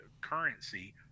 currency